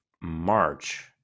March